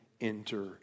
enter